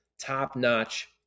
top-notch